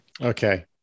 okay